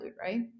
right